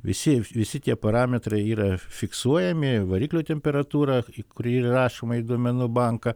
visi visi tie parametrai yra fiksuojami variklio temperatūra kuri yra įrašoma į duomenų banką